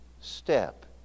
step